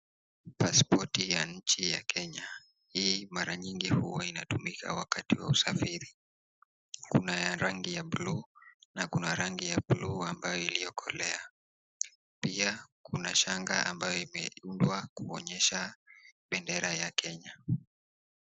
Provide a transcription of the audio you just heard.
Paspoti ya nchi ya Kenya hii mara mingi huwa inatumika wakati wa usafiri, Kuna ya rangi ya blue na Kuna ya rangi ya blue iliyo kolea, pia kuna shanga ambayo imeundwa kuonyesha bendera ya Kenya.